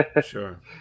Sure